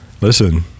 Listen